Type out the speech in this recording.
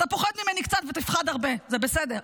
אתה פוחד ממני קצת ותפחד הרבה, זה בסדר.